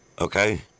Okay